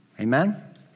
Amen